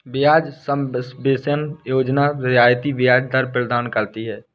ब्याज सबवेंशन योजना रियायती ब्याज दर प्रदान करती है